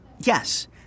Yes